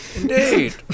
Indeed